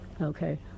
Okay